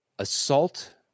Assault